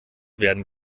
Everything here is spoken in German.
werden